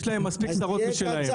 יש להם מספיק צרות משלהם.